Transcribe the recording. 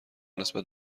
نسبت